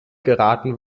geraten